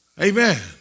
Amen